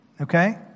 Okay